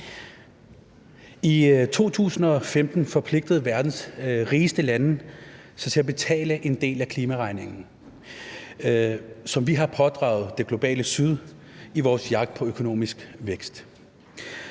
I 2015 forpligtede verdens rigeste lande sig til at betale en del af klimaregningen, som vi har pådraget det globale Syd i vores jagt på økonomisk vækst